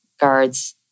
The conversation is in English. guards